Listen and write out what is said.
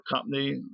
company